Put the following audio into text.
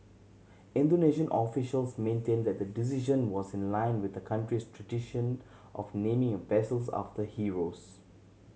Indonesian officials maintained that the decision was in line with the country's tradition of naming vessels after heroes